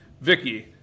Vicky